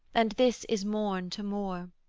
and this is morn to more,